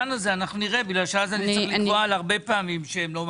נראה, כי אחרת צריך לקבוע להרבה דברים אחרים.